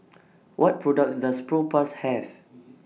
What products Does Propass Have